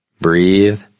Breathe